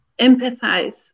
empathize